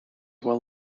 well